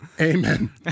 Amen